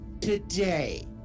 today